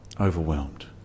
overwhelmed